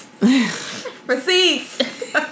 Receipts